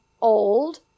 old